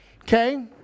Okay